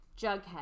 Jughead